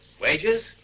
Wages